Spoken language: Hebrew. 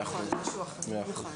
100 אחוז, 100 אחוז.